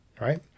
right